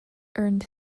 earned